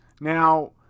Now